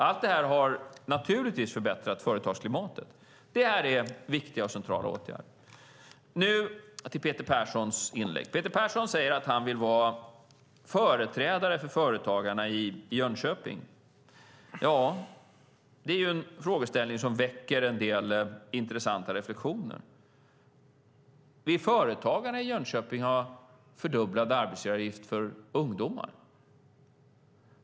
Allt detta har självklart förbättrat företagsklimatet. Det är viktiga och centrala åtgärder. Nu till Peter Perssons inlägg! Peter Persson säger att han vill vara företrädare för företagarna i Jönköping. Det är en frågeställning som väcker en del intressanta reflexioner. Vill företagarna i Jönköping ha fördubblad arbetsgivaravgift för ungdomar?